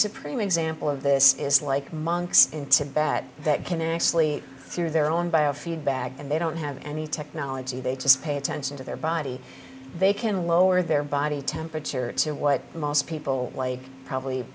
supreme example of this is like monks in tibet that can actually hear their own biofeedback and they don't have any technology they just pay attention to their body they can lower their body temperature to what most people probably